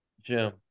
Jim